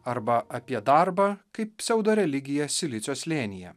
arba apie darbą kaip pseudo religiją silicio slėnyje